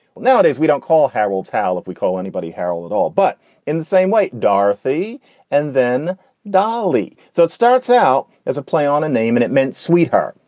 nowadays we don't call harold talj if we call anybody harold at all, but in the same way. dorothy and then dolly. so it starts out as a play on a name. and it meant, sweetheart,